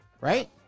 right